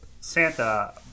Santa